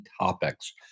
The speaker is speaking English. topics